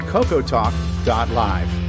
CocoTalk.live